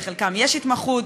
בחלקם יש התמחות,